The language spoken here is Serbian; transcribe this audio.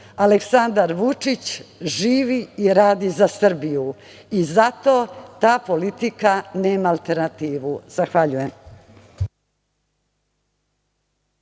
Aleksandar Vučić živi i radi za Srbiju i zato ta politika nema alternativu. Zahvaljujem.